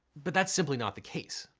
but that's simply not the case.